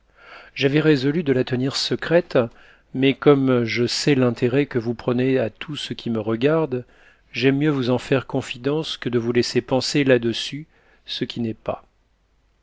j'avais résolu de la tenir secrète mais comme je sais l'intérêt que vous prenez à tout ce qui me regarde j'aime mieux vous en faire confidence que de vous laisser penser là-dessus ce qui n'est pas